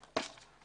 התוספת: